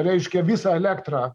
reiškia visą elektrą